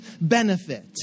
benefit